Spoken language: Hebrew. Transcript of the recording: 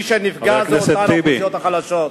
מי שנפגע זה אותן אוכלוסיות חלשות.